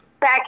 back